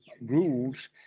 rules